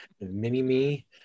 Mini-Me